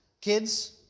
Kids